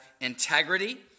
integrity